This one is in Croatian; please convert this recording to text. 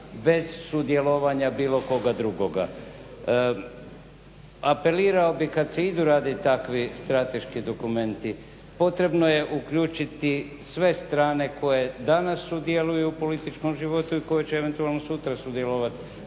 bez sudjelovanja bilo koga drugoga. Apelirao bih kad se idu raditi takvi strateški dokumenti potrebno je uključiti sve strane koje danas sudjeluju u političkom životu i koje će eventualno sutra sudjelovati